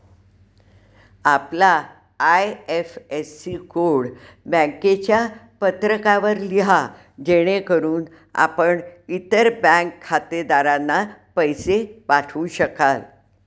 आपला IFSC code बँकेच्या पत्रकावर लिहा जेणेकरून आपण इतर बँक खातेधारकांना पैसे पाठवू शकाल